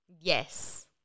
Yes